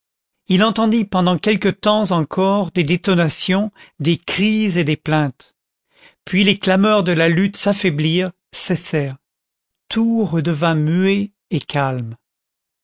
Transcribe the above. il entendit pendant quelque temps encore des détonations des cris et des plaintes puis les clameurs de la lutte s'affaiblirent cessèrent tout redevint muet et calme